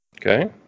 Okay